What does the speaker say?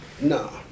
No